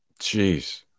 Jeez